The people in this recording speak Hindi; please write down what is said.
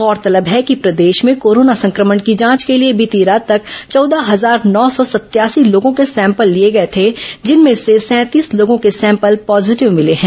गौरतलब है कि प्रदेश में कोरोना संक्रमण की जांच के लिए बीती रात तक चौदह हजार नौ सौ सत्यासी लोगों के सैंपल लिए गए थे जिनमें से सैंतीस लोगों के सैंपल पॉजीटिव मिले हैं